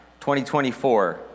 2024